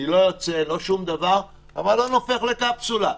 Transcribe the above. אני לא יוצא, המלון הופך לקפסולה.